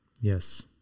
Yes